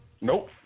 Nope